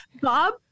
Bob